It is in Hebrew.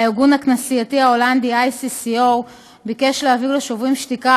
הארגון הכנסייתי ההולנדי ICCO ביקש להעביר לשוברים שתיקה,